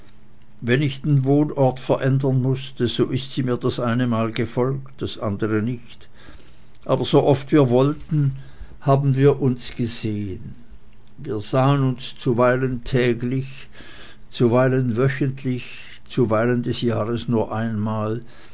wenn ich den wohnort verändern mußte so ist sie mir das eine mal gefolgt das andere nicht aber sooft wir wollten haben wir uns gesehen wir sahen uns zuweilen täglich zuweilen wöchentlich zuweilen des jahres nur einmal